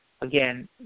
again